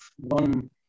one